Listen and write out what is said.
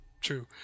true